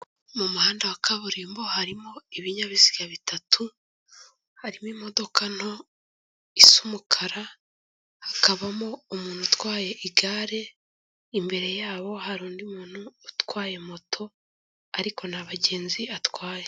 Mu muhanda wa kaburimbo harimo ibinyabiziga bitatu, harimo imodoka nto isa umukara, hakabamo umuntu utwaye igare, imbere yabo hari undi muntu utwaye moto ariko nta bagenzi atwaye.